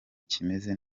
kimeze